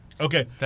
Okay